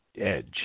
Edge